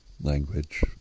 language